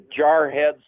jarheads